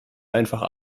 einfach